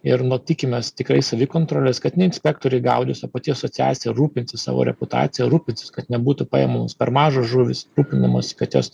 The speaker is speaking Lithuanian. ir nu tikimės tikrai savikontrolės kad ne inspektoriai gaudys o pati asociacija rūpinsis savo reputacija rūpinsis kad nebūtų paėmus per mažos žuvys rūpinamasi kad jos